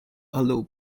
allow